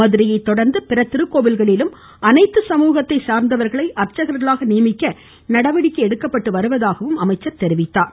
மதுரையை தொடர்ந்து பிற திருக்கோவில்களிலும் அனைத்து சமூகத்தை சார்நதவர்களை அர்ச்சகர்களாக நியமிக்க நடவடிக்கை எடுத்து வருவதாகவும் அமைச்சர் தெரிவித்தார்